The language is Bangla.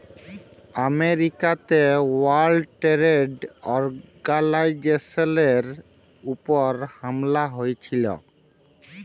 আমেরিকাতে ওয়ার্ল্ড টেরেড অর্গালাইজেশলের উপর হামলা হঁয়েছিল